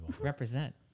Represent